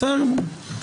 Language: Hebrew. בסדר.